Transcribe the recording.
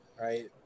Right